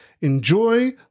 enjoy